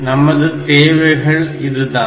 நமது தேவைகள் இதுதான்